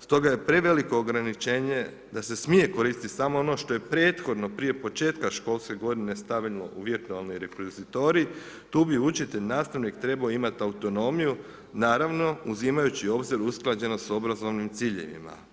stoga je preveliko ograničenje da se smije koristiti samo ono što je prethodno prija početka školske godine stavljeno u virtualni repozitorij, tu bi učitelj-nastavnik trebao imati autonomiju, naravno uzimajući u obzir usklađenost s obrazovnim ciljevima.